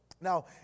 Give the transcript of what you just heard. Now